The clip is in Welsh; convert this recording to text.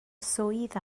swydd